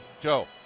Joe